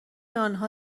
آنها